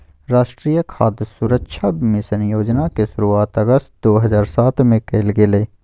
राष्ट्रीय खाद्य सुरक्षा मिशन योजना के शुरुआत अगस्त दो हज़ार सात में कइल गेलय